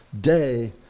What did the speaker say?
day